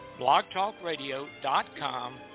blogtalkradio.com